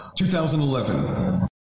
2011